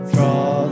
Draw